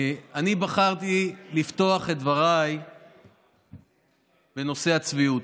אני בחרתי לפתוח את דבריי בנושא הצביעות.